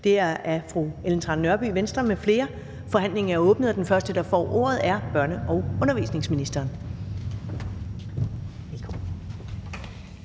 (Karen Ellemann): Forhandlingen er åbnet, og den første, der får ordet, er børne- og undervisningsministeren.